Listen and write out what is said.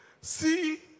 see